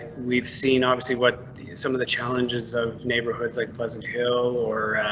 we've seen. obviously what some of the challenges of neighborhoods like pleasant hill or.